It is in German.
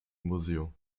museum